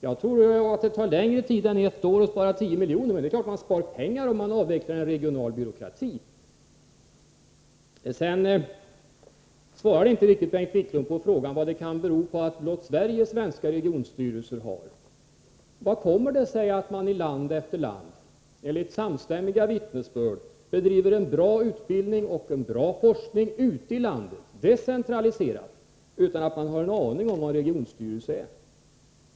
Det tar nog längre tid än ett år att spara 10 miljoner, men det är klart att man sparar pengar när man avvecklar en regional byråkrati. Bengt Wiklund svarade inte på frågan hur det kan komma sig att blott Sverige svenska regionstyrelser har. Vad är anledningen till att man, enligt samstämmiga vittnesbörd, i land efter land — med goda resultat — bedriver decentraliserad utbildning och forskning, utan att man där har en aning om vad en regionstyrelse är?